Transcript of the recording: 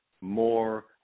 more